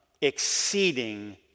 exceeding